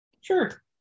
sure